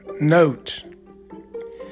Note